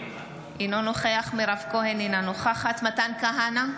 אינו נוכח מירב כהן, אינה נוכחת מתן כהנא,